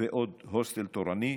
ועוד הוסטל תורני,